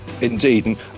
Indeed